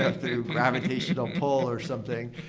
ah through gravitational pull or something.